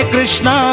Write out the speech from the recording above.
Krishna